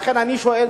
לכן אני שואל,